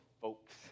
folks